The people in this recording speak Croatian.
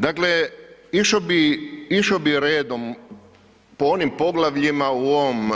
Dakle, išao bih redom po onim poglavljima u ovom